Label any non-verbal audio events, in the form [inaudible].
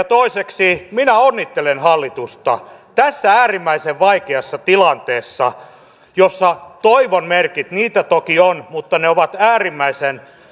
[unintelligible] toiseksi minä onnittelen hallitusta tässä äärimmäisen vaikeassa tilanteessa jossa toivon merkit niitä toki on ovat äärimmäisen